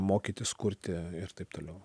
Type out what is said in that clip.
mokytis kurti ir taip toliau